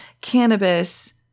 cannabis